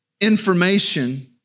information